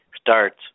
starts